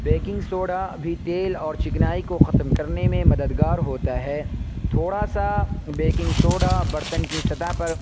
baking soda بھی تیل اور چکنائی کو ختم کرنے میں مددگار ہوتا ہے تھوڑا سا بیکنگ سوڈا برتن کی سطح پر